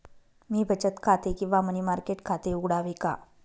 मी बचत खाते किंवा मनी मार्केट खाते उघडावे का?